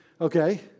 okay